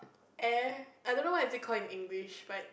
air I don't know what is it called in English but